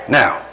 now